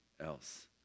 else